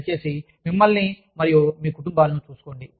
దయచేసి మిమ్మల్ని మరియు మీ కుటుంబాలను చూసుకోండి